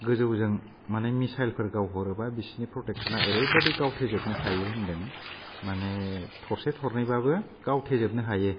गोजौजों मानि मिसाइल फोर गावहरोबा बिसिनि फ्रटेकसनआ ओरैबायदि गावथे जोबनो हायो होनदों मानि थरसे थरनैबाबो गावथे जोबनो हायो